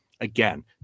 again